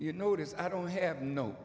you notice i don't have no